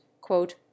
quote